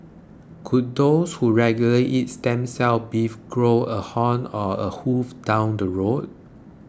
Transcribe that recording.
could those who regularly eat stem cell beef grow a horn or a hoof down the road